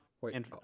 Wait